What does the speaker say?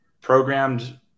programmed